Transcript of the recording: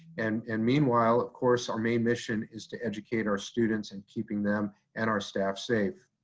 and and meanwhile, of course our main mission is to educate our students and keeping them and our staff safe.